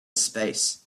space